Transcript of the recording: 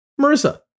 Marissa